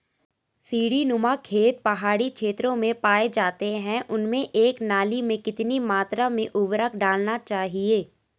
सीड़ी नुमा खेत पहाड़ी क्षेत्रों में पाए जाते हैं उनमें एक नाली में कितनी मात्रा में उर्वरक डालना चाहिए?